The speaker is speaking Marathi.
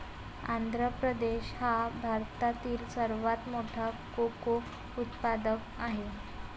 आंध्र प्रदेश हा भारतातील सर्वात मोठा कोको उत्पादक आहे